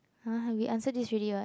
!huh! we answered this already [what]